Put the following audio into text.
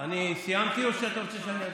אני סיימתי או שאתה רוצה שאני אמשיך?